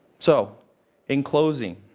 so in closing,